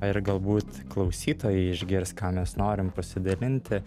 ir galbūt klausytojai išgirs ką mes norim pasidalinti